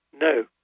No